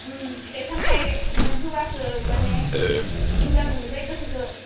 फिथाइ सामथाय होब्लासो माने मोजां मोनोलै गोसोखो